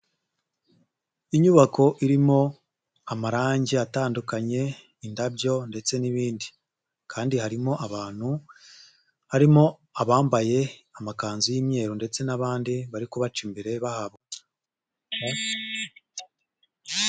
Inyubako irimo amarangi atandukanye, indabyo ndetse n'ibindi. Kandi harimo abantu harimo abambaye amakanzu y'imyeru ndetse n'abandi bari kubaca imbere bahabwa mu